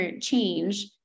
change